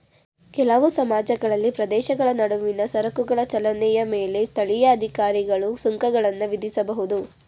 ಕೆಲವು ಸಮಾಜಗಳಲ್ಲಿ ಪ್ರದೇಶಗಳ ನಡುವಿನ ಸರಕುಗಳ ಚಲನೆಯ ಮೇಲೆ ಸ್ಥಳೀಯ ಅಧಿಕಾರಿಗಳು ಸುಂಕಗಳನ್ನ ವಿಧಿಸಬಹುದು